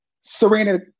Serena